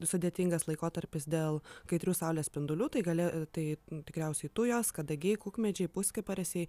sudėtingas laikotarpis dėl kaitrių saulės spindulių tai gali tai tikriausiai tujos kadagiai kukmedžiai puskiparisiai